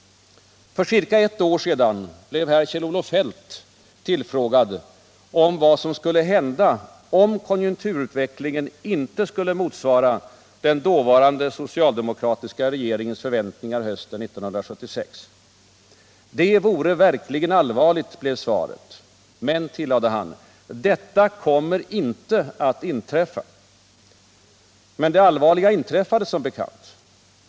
För ca ett år sedan blev Kjell-Olof Feldt tillfrågad om vad som skulle hända, om konjunkturutvecklingen inte skulle motsvara den dåvarande socialdemokratiska regeringens förväntningar hösten 1976. ”Det vore verkligen allvarligt”, blev svaret. ”Men”, tillade han, ”detta kommer inte att inträffa.” Men det ”allvarliga” inträffade som bekant.